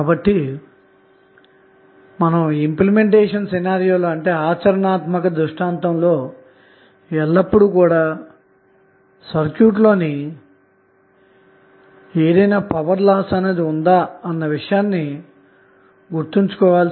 కాబట్టి ఆచరణాత్మక దృష్టాంతంలో ఎల్లప్పుడూ కూడా సర్క్యూట్లో పవర్ లాస్ ఏమైనా ఉందా అన్న విషయం మీరు గుర్తుంచుకోవాలి